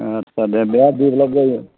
आच्चा दे बेराद डेभेल'प जायो